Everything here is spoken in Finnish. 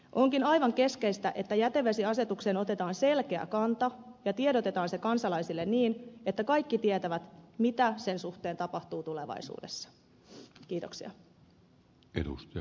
onkin aivan keskeistä että jätevesiasetukseen otetaan selkeä kanta ja tiedotetaan se kansalaisille niin että kaikki tietävät mitä sen suhteen tapahtuu tulevaisuudessa